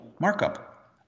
markup